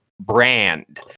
brand